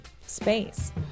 space